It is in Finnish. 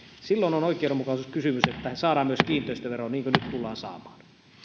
silloin on oikeudenmukaisuuskysymys että saadaan myös kiinteistöveroa niin kuin nyt tullaan saamaan